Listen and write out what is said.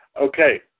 Okay